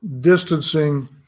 distancing